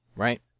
Right